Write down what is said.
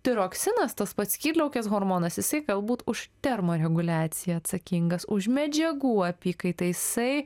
tiroksinas tas pats skydliaukės hormonas jisai galbūt už termoreguliaciją atsakingas už medžiagų apykaitą jisai